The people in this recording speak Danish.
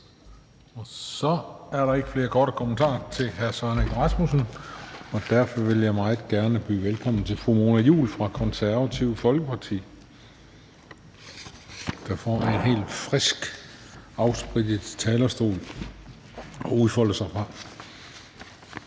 Så er der ikke flere korte bemærkninger til hr. Søren Egge Rasmussen. Derfor vil jeg meget gerne byde velkommen til fru Mona Juul fra Konservative Folkeparti, som får en helt frisk og afsprittet talerstol at udfolde sig fra.